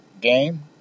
game